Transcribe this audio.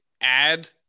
add